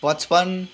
पच्पन्न